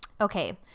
Okay